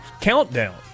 countdown